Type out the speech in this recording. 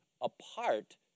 apart